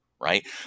right